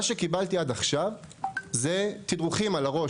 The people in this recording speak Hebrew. מה שקיבלתי עד עכשיו זה תדרוכים על הראש